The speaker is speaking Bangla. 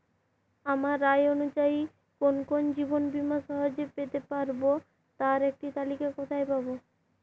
আমার আয় অনুযায়ী কোন কোন জীবন বীমা সহজে পেতে পারব তার একটি তালিকা কোথায় পাবো?